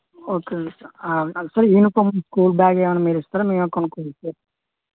okay sir ఆ అంటే uniform school bag ఏమయినా మీరు ఇస్తారా మేమే కొనుక్కోవాలా సార్